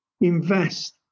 invest